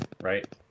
Right